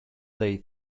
they